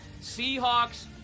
Seahawks